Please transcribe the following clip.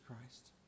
Christ